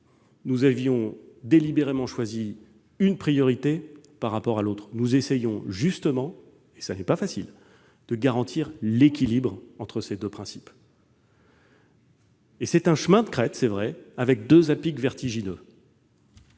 nous avions délibérément choisi une priorité par rapport à une autre ? Nous essayons justement- ce qui n'est pas facile -de préserver l'équilibre entre ces deux principes. C'est un chemin de crête, c'est vrai, avec deux à-pics vertigineux.